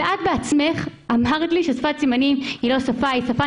ואת עצמך אמרת לי ששפת סימנים היא שפה